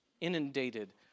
inundated